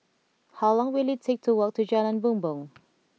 how long will it take to walk to Jalan Bumbong